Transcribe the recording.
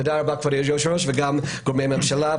תודה רבה, כבוד היושב-ראש, וגם גורמי ממשלה.